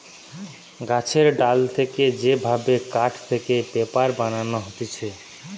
গাছের ডাল থেকে যে ভাবে কাঠ থেকে পেপার বানানো হতিছে